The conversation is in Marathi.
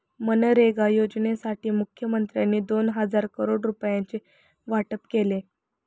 मनरेगा योजनेसाठी मुखमंत्र्यांनी दोन हजार करोड रुपयांचे वाटप केले